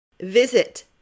Visit